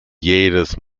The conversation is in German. jedes